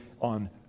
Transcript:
on